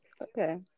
Okay